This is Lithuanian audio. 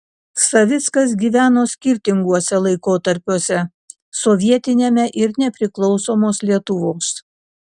savickas gyveno skirtinguose laikotarpiuose sovietiniame ir nepriklausomos lietuvos